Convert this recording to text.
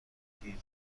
بگوییم